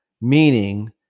meaning